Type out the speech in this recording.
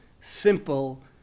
simple